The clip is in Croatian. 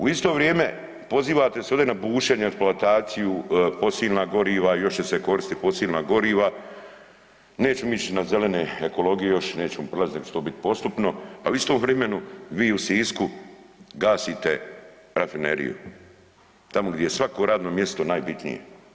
U isto vrijeme pozivate se ovdje na bušenje i eksploataciju, fosilna goriva i još se koriste fosilna goriva, nećemo ići na zelenu ekologiju još, nećemo prelazit nego će to biti postupno, a u istom vremenu, vi u Sisku gasite rafineriju, tamo gdje je svako mjesto najbitnije.